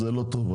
אז זה לא טוב,